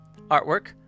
artwork